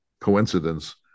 coincidence